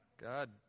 God